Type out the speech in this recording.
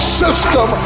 system